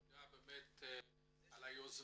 תודה על היוזמה,